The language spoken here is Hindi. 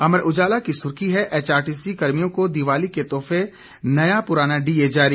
अमर उजाला की सुर्खी है एचआरटीसी कर्मियों को दिवाली के तोहफे नया पुराना डीए जारी